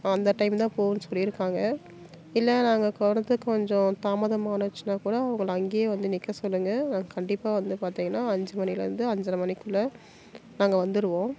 அந்த டைம் தான் போகுன்னு சொல்லியிருக்காங்க இல்லை நாங்கள் வர்றதுக்கு கொஞ்சம் தாமதம் ஆச்சுன்னா கூட அவங்கள அங்கேயே வந்து நிற்க சொல்லுங்கள் நாங்கள் கண்டிப்பாக வந்து பார்த்திங்கன்னா அஞ்சு மணியிலேருந்து அஞ்சரை மணிக்குள்ளே நாங்கள் வந்துடுவோம்